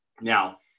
Now